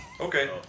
Okay